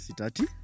sitati